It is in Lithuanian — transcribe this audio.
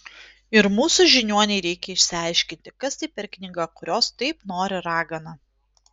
ir mūsų žiniuonei reikia išsiaiškinti kas tai per knyga kurios taip nori ragana